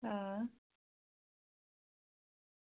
हां